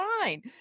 fine